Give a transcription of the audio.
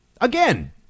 Again